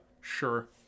sure